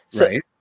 Right